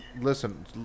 listen